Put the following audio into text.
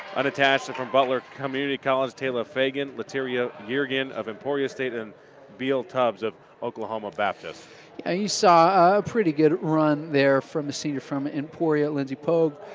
unattached from butler community college taila fagan. latiyera ah yeargin of emporia state and beyel tubbs of oklahoma baptist. cooper you saw a pretty good run there from the senior from emporia, lindsay poague.